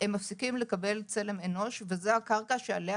הם מפסיקים לקבל צלם אנוש וזו הקרקע שעליה